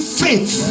faith